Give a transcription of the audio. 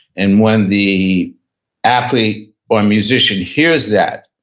and when the athlete or musician hears that,